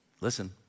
listen